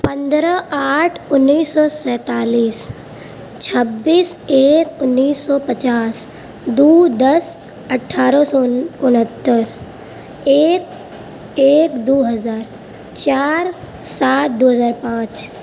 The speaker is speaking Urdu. پندرہ آٹھ انیس سو سینتالیس چھبیس ایک انیس سو پچاس دو دس اٹھارہ سو انہتر ایک ایک دو ہزار چار سات دو ہزار پانچ